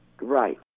right